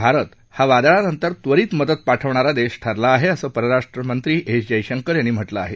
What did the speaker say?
भारत हा वादळानंतर त्वरित मदत पाठवणारा देश ठरला आहे असं परराष्ट्रमंत्री एस जयशंकर यांनी म्हटलं आहे